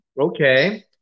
okay